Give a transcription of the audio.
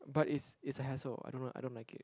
but it's it's a hassle I don't know I don't like it